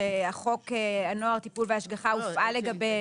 שחוק הנוער (טיפול והשגחה) הופעל לגביהם,